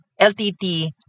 LTT